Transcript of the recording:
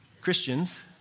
Christians